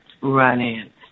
run-in